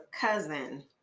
cousin